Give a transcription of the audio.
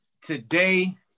Today